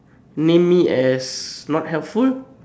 name me as not helpful